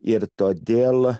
ir todėl